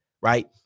right